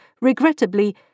regrettably